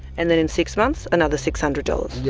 and then in six months, another six hundred dollars? yeah